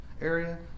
area